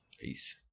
peace